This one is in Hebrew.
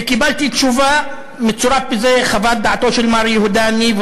וקיבלתי תשובה: "מצורפת בזה חוות דעתו של מר יהודה ניב,